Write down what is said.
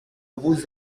vous